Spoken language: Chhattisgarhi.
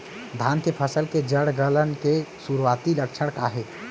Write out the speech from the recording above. धान के फसल के जड़ गलन के शुरुआती लक्षण का हे?